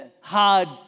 hard